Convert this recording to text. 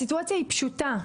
הסיטואציה היא פשוטה.